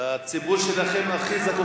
הציבור שלכם הכי זקוק